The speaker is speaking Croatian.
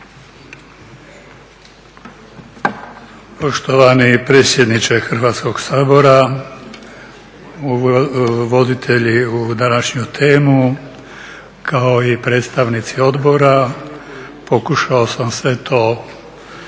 Poštovani predsjedniče Hrvatskog sabora, voditelji u današnju temu, kao i predstavnici odbora. Pokušao sam sve eto nekako